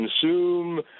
consume